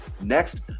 Next